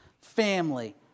family